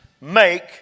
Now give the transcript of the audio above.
make